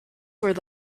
were